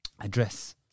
address